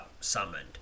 summoned